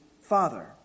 father